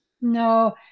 No